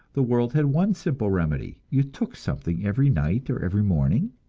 the world had one simple remedy you took something every night or every morning,